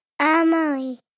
Emily